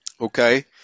Okay